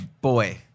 Boy